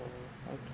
okay